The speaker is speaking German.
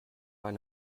eine